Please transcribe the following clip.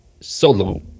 solo